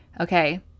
Okay